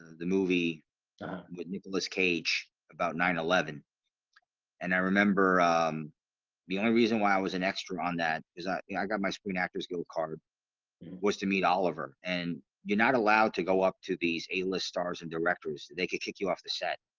the movie with nicholas cage about nine eleven and i remember um the only reason why i was an extra on that is i i got my screen actors guild card was to meet oliver and you're not allowed to go up to these a-list stars and directors they could kick you off the set.